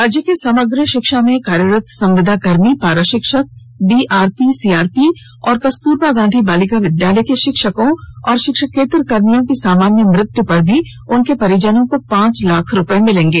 राज्य के समग्र शिक्षा में कार्यरत संविदा कर्मी पारा शिक्षक बीआरपी सीआरपी और कस्तूरबा गांधी बालिका विद्यालय के षिक्षकों और षिक्षकेतर कर्मियों की सामान्य मृत्यू पर भी उनके परिजनों को पांचा लाख रूपये मिलेंगे